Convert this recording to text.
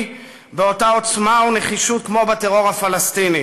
באותה עוצמה ונחישות כמו בטרור הפלסטיני,